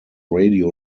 radio